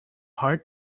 heart